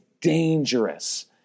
dangerous